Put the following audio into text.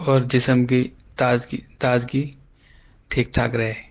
اور جسم کی تازگی تازگی ٹھیک ٹھاک رہے